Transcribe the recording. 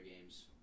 games